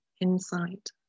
insight